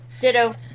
ditto